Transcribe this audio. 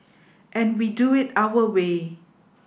and we do it our way